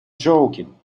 joking